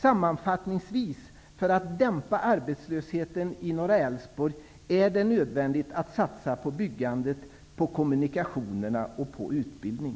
Sammanfattningsvis: För att dämpa arbetslösheten i Norra Älvsborg är det nödvändigt att satsa på byggande, kommunikationer och utbildning.